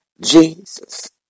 Jesus